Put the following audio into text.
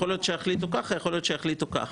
יכול להיות שיחליטו ככה ויכול להיות שיחליטו ככה.